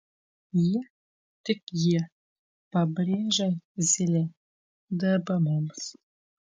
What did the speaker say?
jie tik jie pabrėžė zylė dirba mums